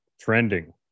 trending